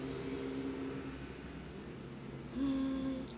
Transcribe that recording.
mm